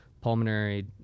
pulmonary